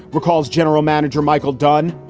recalls general manager michael dunn.